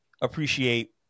appreciate